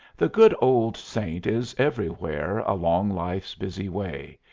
the good old saint is everywhere along life's busy way.